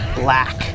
black